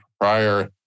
prior